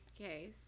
Okay